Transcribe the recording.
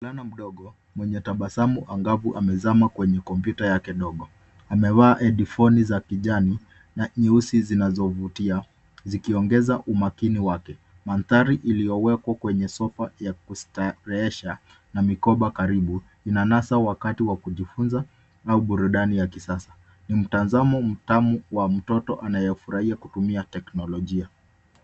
Mvulana mdogo, mwenye tabasamu angavu amezama kwenye kompyuta yake ndogo. Amevaa headphoni za kijani, na nyeusi zinazovutia, zikiongeza umakini wake. Mandhari iliyowekwa kwenye sofa ya kustarehesha, na mikoba karibu, inanasa wakati wa kujifunza, au burudani ya kisasa. Ni mtazamo mtamu wa mtoto anayefurahia kutumia teknolojia.